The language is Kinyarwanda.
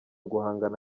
guhangana